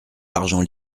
l’argent